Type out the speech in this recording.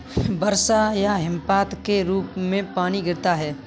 वर्षा या हिमपात के रूप में पानी गिरता है